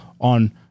on